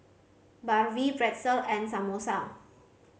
Barfi Pretzel and Samosa